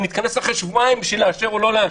ונתכנס אחרי שבועיים בשביל לאשר או לא לאשר.